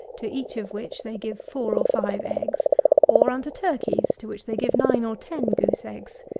to each of which they give four or five eggs or under turkies, to which they give nine or ten goose-eggs.